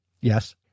Yes